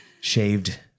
shaved